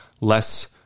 less